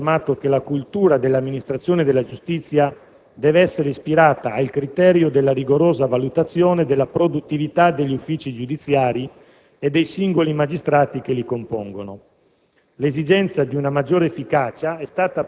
Già nel 2002, il ministro Castelli aveva affermato: «La cultura dell'amministrazione della giustizia deve essere ispirata al criterio della rigorosa valutazione della produttività degli uffici giudiziari e dei singoli magistrati che li compongono».